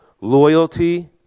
Loyalty